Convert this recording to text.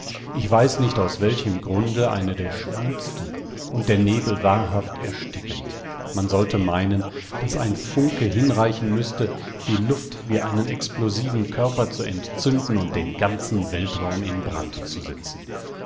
ich weiß nicht aus welchem grunde eine der schwülsten und der nebel wahrhaft erstickend man sollte meinen daß ein funke hinreichen müßte die luft wie einen explosiven körper zu entzünden und den ganzen weltraum in brand zu setzen